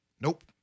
nope